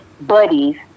buddies